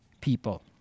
people